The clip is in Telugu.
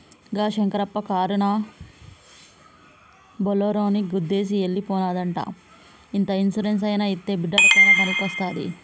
గా శంకరప్ప కారునా బోలోరోని గుద్దేసి ఎల్లి పోనాదంట ఇంత ఇన్సూరెన్స్ అయినా ఇత్తే బిడ్డలకయినా పనికొస్తాది